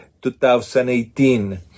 2018